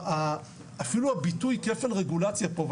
אפילו הביטוי כפל רגולציה פה,